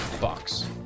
Box